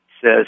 says